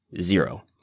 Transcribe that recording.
zero